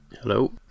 Hello